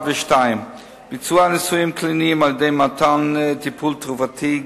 ביצוע ניסויים קליניים על-ידי מתן טיפול תרופתי,